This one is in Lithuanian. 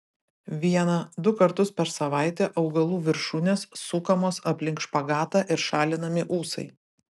vieną du kartus per savaitę augalų viršūnės sukamos aplink špagatą ir šalinami ūsai